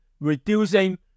reducing